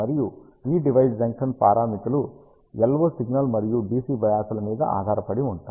మరియు ఈ device junction పారామితులు LO సిగ్నల్ మరియు DC బయాస్ ల మీద ఆధారపడి ఉంటాయి